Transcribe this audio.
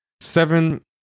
seven